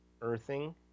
Earthing